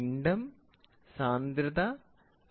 ഏഴ് അടിസ്ഥാന യൂണിറ്റുകൾ താഴെപ്പറയുന്നവയാണ്